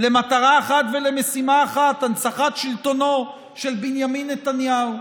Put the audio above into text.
למטרה אחת ולמשימה אחת: הנצחת שלטונו של בנימין נתניהו.